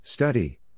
Study